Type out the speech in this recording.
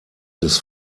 des